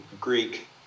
Greek